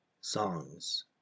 SONGS